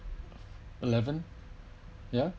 eleven ya